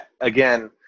again